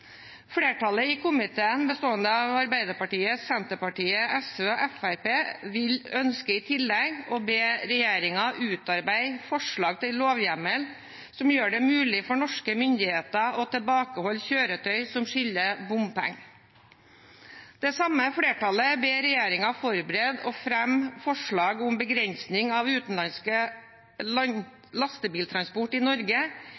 Flertallet i komiteen, bestående av Arbeiderpartiet, Senterpartiet, SV og Fremskrittspartiet, ønsker i tillegg å be regjeringen utarbeide forslag til lovhjemmel som gjør det mulig for norske myndigheter å tilbakeholde kjøretøy som skylder bompenger. Det samme flertallet ber regjeringen forberede og fremme forslag om begrensning av utenlandsk lastebiltransport i Norge